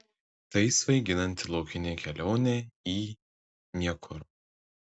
tai svaiginanti laukinė kelionė į niekur